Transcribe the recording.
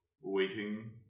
waiting